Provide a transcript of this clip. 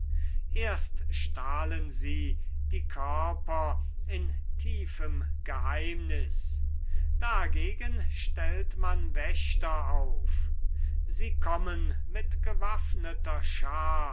erst stahlen sie die körper in tiefem geheimnis dagegen stellt man wächter auf sie kommen mit gewaffneter schar